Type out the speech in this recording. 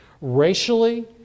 racially